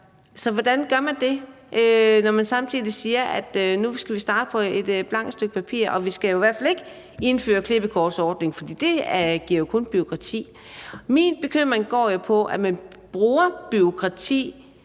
Så hvordan gør vi det, når man samtidig siger, at nu skal vi starte på et blankt stykke papir, og at vi i hvert fald ikke skal indføre klippekortordningen, fordi den kun giver bureaukrati? Min bekymring går jo på, at man bruger bureaukrati